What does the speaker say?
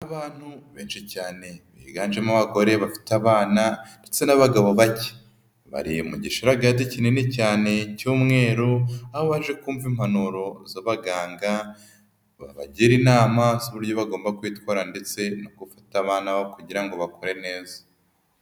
Abantu benshi cyane biganjemo abagore bafite abana ndetse n'abagabo bake, bari mu gisharagati kinini cyane cy'umweru aho baje kumva impanuro z'abaganga, babagira inama z'uburyo bagomba kwitwara ndetse no gufata abana babo kugira ngo bakure neza.